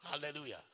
Hallelujah